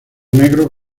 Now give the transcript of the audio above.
negro